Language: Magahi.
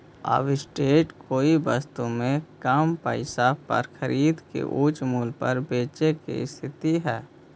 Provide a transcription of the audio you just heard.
आर्बिट्रेज कोई वस्तु के कम पईसा पर खरीद के उच्च मूल्य पर बेचे के स्थिति हई